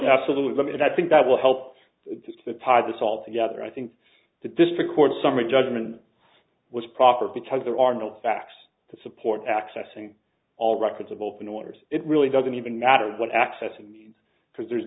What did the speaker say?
absolute limit i think that will help to tie this all together i think the district court summary judgment was proper because there are no facts to support accessing all records of open orders it really doesn't even matter what access and because there